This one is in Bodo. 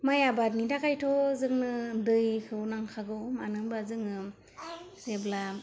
माइ आबादनि थाखायथ' जोंनो दैखौ नांखागौ मानो होमबा जोङो जेब्ला